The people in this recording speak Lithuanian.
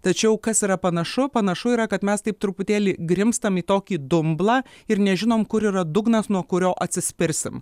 tačiau kas yra panašu panašu yra kad mes taip truputėlį grimztam į tokį dumblą ir nežinom kur yra dugnas nuo kurio atsispirsim